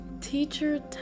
teacher